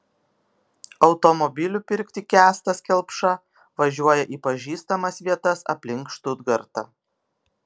automobilių pirkti kęstas kelpša važiuoja į pažįstamas vietas aplink štutgartą